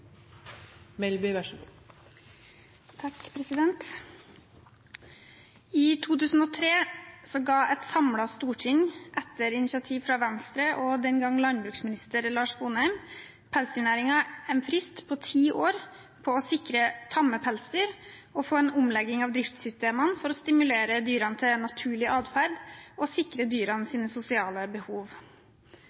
og den gang landbruksminister Lars Sponheim, pelsdyrnæringen en frist på ti år for å sikre tamme pelsdyr og få en omlegging av driftssystemene for å stimulere dyrene til en naturlig atferd og sikre dyrenes sosiale behov.